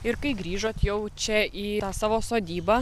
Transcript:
ir kai grįžot jau čia į tą savo sodybą